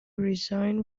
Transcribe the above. resign